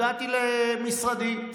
הגעתי למשרדי,